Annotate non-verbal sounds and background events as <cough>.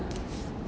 <noise>